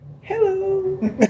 Hello